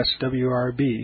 swrb